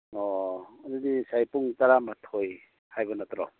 ꯑꯣ ꯑꯗꯨꯗꯤ ꯉꯁꯥꯏ ꯄꯨꯡ ꯇꯔꯃꯥꯊꯣꯏ ꯍꯥꯏꯕ ꯅꯠꯇ꯭ꯔꯣ